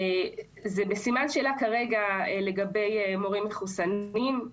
זה בסימן שאלה כרגע לגבי מורים מחוסנים,